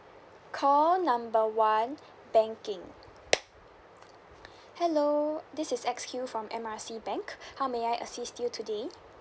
call number one banking hello this is X Q from M R C bank how may I assist you today